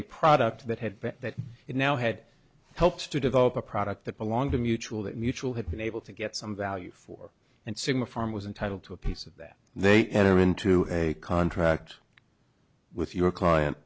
a product that had been that it now had helped to develop a product that belonged to mutual that mutual had been able to get some value for and soon the farm was entitled to a piece of that they enter into a contract with your client